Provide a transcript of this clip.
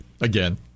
Again